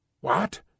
What